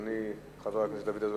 אדוני חבר הכנסת דוד אזולאי.